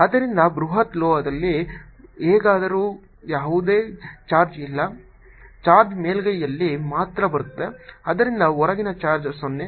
ಆದ್ದರಿಂದ ಬೃಹತ್ ಲೋಹದಲ್ಲಿ ಹೇಗಾದರೂ ಯಾವುದೇ ಚಾರ್ಜ್ ಇಲ್ಲ ಚಾರ್ಜ್ ಮೇಲ್ಮೈಯಲ್ಲಿ ಮಾತ್ರ ಬರುತ್ತದೆ ಆದ್ದರಿಂದ ಹೊರಗಿನ ಚಾರ್ಜ್ 0